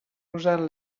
usant